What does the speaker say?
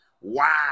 Wow